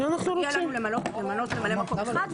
מגיע לנו למנות ממלא מקום אחד,